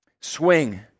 Swing